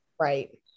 right